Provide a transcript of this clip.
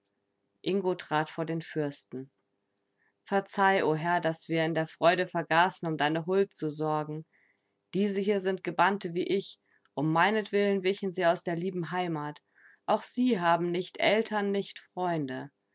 ingo trat vor den fürsten verzeih o herr daß wir in der freude vergaßen um deine huld zu sorgen diese hier sind gebannte wie ich um meinetwillen wichen sie aus der lieben heimat auch sie haben nicht eltern nicht freunde